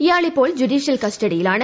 ഇയാൾ ഇപ്പോൾ ജുഡീഷ്യൽ കസ്റ്റഡിയിലാണ്